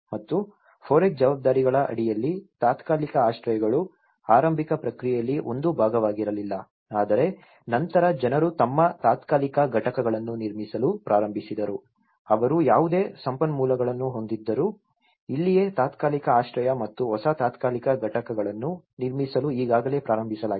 ಮತ್ತು FOREC ಜವಾಬ್ದಾರಿಗಳ ಅಡಿಯಲ್ಲಿ ತಾತ್ಕಾಲಿಕ ಆಶ್ರಯಗಳು ಆರಂಭಿಕ ಪ್ರಕ್ರಿಯೆಯಲ್ಲಿ ಒಂದು ಭಾಗವಾಗಿರಲಿಲ್ಲ ಆದರೆ ನಂತರ ಜನರು ತಮ್ಮ ತಾತ್ಕಾಲಿಕ ಘಟಕಗಳನ್ನು ನಿರ್ಮಿಸಲು ಪ್ರಾರಂಭಿಸಿದರು ಅವರು ಯಾವುದೇ ಸಂಪನ್ಮೂಲಗಳನ್ನು ಹೊಂದಿದ್ದರು ಇಲ್ಲಿಯೇ ತಾತ್ಕಾಲಿಕ ಆಶ್ರಯ ಮತ್ತು ಹೊಸ ತಾತ್ಕಾಲಿಕ ಘಟಕಗಳನ್ನು ನಿರ್ಮಿಸಲು ಈಗಾಗಲೇ ಪ್ರಾರಂಭಿಸಲಾಗಿದೆ